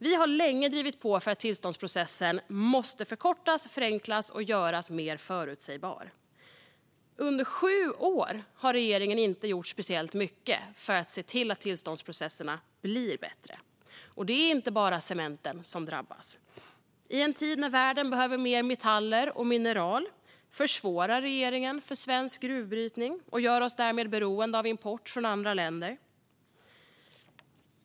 Vi har länge drivit på för att tillståndsprocessen ska förkortas, förenklas och göras mer förutsägbar. Under sju år har regeringen inte gjort speciellt mycket för att se till att tillståndsprocesserna blir bättre. Det är inte bara cementproduktionen som drabbas av detta. I en tid när världen behöver mer metaller och mineraler försvårar regeringen för svensk gruvbrytning och gör oss därmed beroende av import från andra länder.